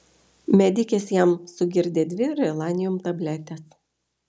medikės jam sugirdė dvi relanium tabletes